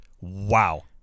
Wow